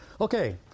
Okay